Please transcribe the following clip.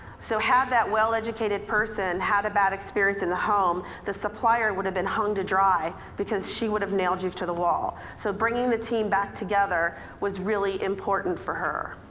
so had that well-educated person had a bad experience in the home the supplier would have been hung to dry because she would have nailed you to the wall. so bringing the team back together was really important for her.